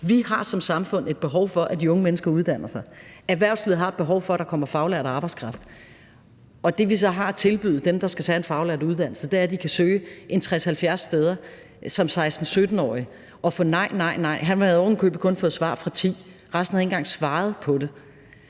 Vi har som samfund et behov for, at de unge mennesker uddanner sig. Erhvervslivet har et behov for, at der kommer faglært arbejdskraft. Det, vi så har at tilbyde dem, der skal tage en faglært uddannelse, er, at de kan søge 60-70 steder som 16-17-årige og få nej og nej. Han havde ovenikøbet kun fået svar fra 10. Resten havde ikke engang svaret på det.